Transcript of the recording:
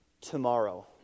tomorrow